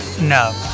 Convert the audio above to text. No